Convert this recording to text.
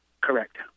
Correct